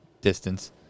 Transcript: distance